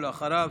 ואחריו,